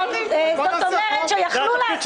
--- זאת אומרת שיכלו לעשות את זה אחרי